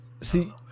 See